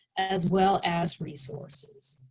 as well as resources.